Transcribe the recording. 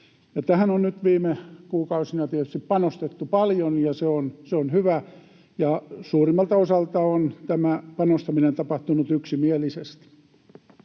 Tähän on nyt viime kuukausina tietysti panostettu paljon, ja se on hyvä, ja suurimmalta osalta tämä panostaminen on tapahtunut yksimielisesti.